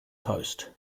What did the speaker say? post